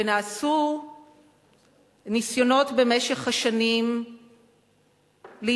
ונעשו ניסיונות במשך השנים להתקדם,